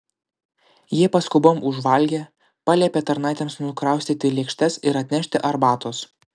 jie paskubom užvalgė paliepė tarnaitėms nukraustyti lėkštes ir atnešti arbatos